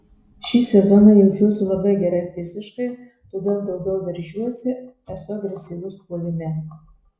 šį sezoną jaučiuosi labai gerai fiziškai todėl daugiau veržiuosi esu agresyvus puolime